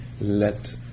let